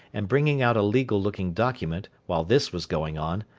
and bringing out a legal-looking document, while this was going on,